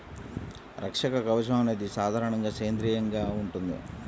రక్షక కవచం అనేది సాధారణంగా సేంద్రీయంగా ఉంటుంది